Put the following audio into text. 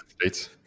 states